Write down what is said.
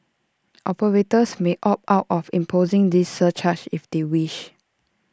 operators may opt out of imposing this surcharge if they wish